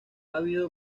habido